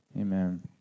Amen